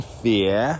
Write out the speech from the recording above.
fear